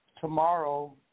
Tomorrow